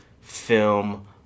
film